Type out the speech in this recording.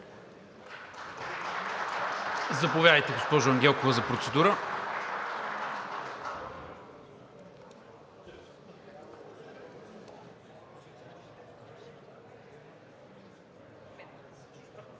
Заповядайте, госпожо Ангелкова, за процедура.